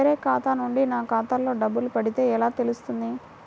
వేరే ఖాతా నుండి నా ఖాతాలో డబ్బులు పడితే ఎలా తెలుస్తుంది?